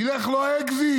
ילך לו האקזיט.